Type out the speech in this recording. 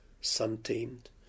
sun-tamed